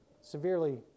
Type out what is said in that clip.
severely